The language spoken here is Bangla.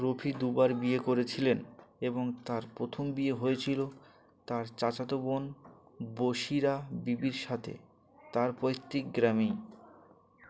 র্রফি দুবার বিয়ে করেছিলেন এবং তার প্রথম বিয়ে হয়েছিলো তার চাচাতবন বসিরা বিবীর সাথে তার পৈতৃক গ্রামেই